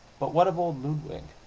but what of old ludwig?